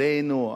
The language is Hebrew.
עלינו?